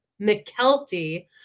McKelty